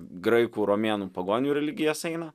graikų romėnų pagonių religijas eina